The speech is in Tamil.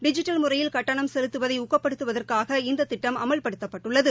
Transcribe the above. டிஜிட்டல் முறையில் கட்டணம் செலுத்துவதை ஊக்கப்படுத்துவதற்காக இந்தத் திட்டம் அமல்படுத்தப்பட்டுள்ளது